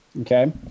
okay